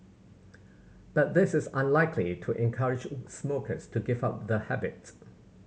but this is unlikely to encourage smokers to give up the habit